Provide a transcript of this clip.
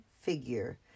figure